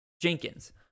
Jenkins